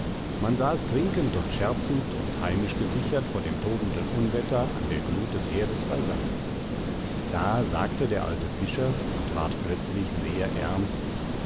man saß trinkend und scherzend und heimisch gesichert vor dem tobenden unwetter an der glut des herdes beisammen da sagte der alte fischer und ward plötzlich sehr ernst